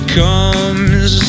comes